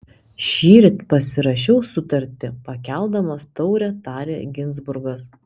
šįryt pasirašiau sutartį pakeldamas taurę tarė ginzburgas